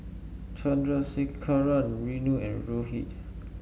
Chandrasekaran Renu and Rohit